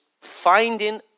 finding